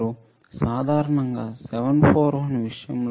సాధారణంగా 741 విషయంలో పరిధి 80 నానో ఆంపియర్